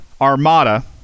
armada